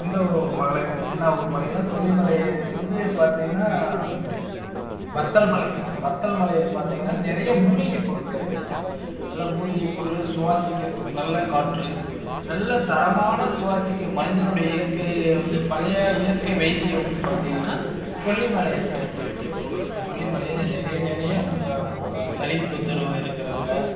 இந்த ஊர் மலை என்னா ஊர் மலைனா கொல்லிமலை வந்து பார்த்திங்கன்னா வத்தல் மலை வத்தல் மலையில் பார்த்திங்கன்னா நிறைய மூலிகைப் பொருட்கள் கிடைக்கும் நல்லா மூலிகை பொருள் சுவாசிக்கிறதுக்கு நல்ல காற்று நல்ல தரமான சுவாசிக்க மனிதனுடைய இயற்கையை வந்து பழைய இயற்கை வைத்தியம் பார்த்திங்கன்னா கொல்லிமலையில் கிடைக்க வேண்டிய பொருள் கொல்லிமலையில் நிறைய நிறையா அந்த சளி தொந்தரவு இருக்கிறவங்க